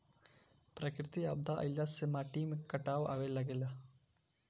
प्राकृतिक आपदा आइला से माटी में कटाव आवे लागेला